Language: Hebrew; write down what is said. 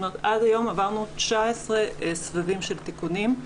עד היום עברנו 19 סבבים של תיקונים.